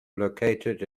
located